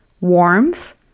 warmth